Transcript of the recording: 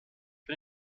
für